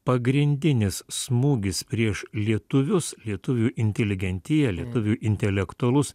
pagrindinis smūgis prieš lietuvius lietuvių inteligentiją lietuvių intelektualus